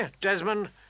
Desmond